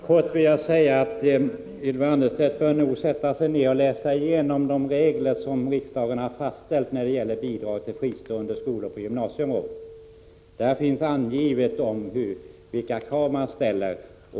Herr talman! Ylva Annerstedt bör nog läsa igenom de regler som riksdagen har fastställt när det gäller bidraget till fristående skolor på gymnasienivå, där det anges vilka krav som ställs.